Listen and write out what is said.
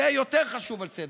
זה יותר חשוב על סדר-היום.